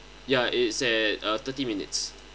ya it's at uh thirty minutes